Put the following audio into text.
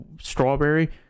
strawberry